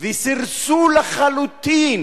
וסירסו לחלוטין.